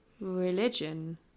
religion